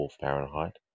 fahrenheit